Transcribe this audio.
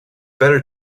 better